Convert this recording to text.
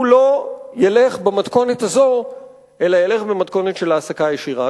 הוא לא ילך במתכונת הזו אלא ילך במתכונת של העסקה ישירה.